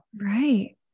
right